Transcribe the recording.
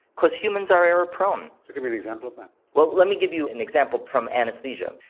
because humans are error prone. so give me an example well, let me give you an example from anaesthesia.